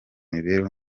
mibereho